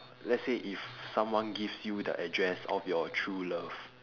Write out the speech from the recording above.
let's say if someone gives you the address of your true love